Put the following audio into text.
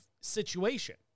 situation